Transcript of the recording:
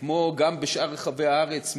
כמו גם בשאר רחבי הארץ,